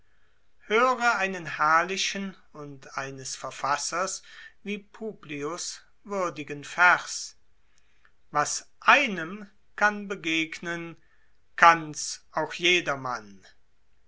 ist einen herrlichen und eines verfassers wie publius würdigen vers was einem kann begegnen kann's auch jedermann